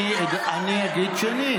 אני אגיד שנית.